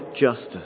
justice